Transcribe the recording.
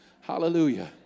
Hallelujah